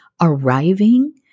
arriving